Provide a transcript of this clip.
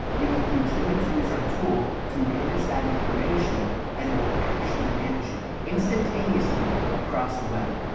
you can continue to use our tool to manage that information and it will actually manage it instantaneously across the web.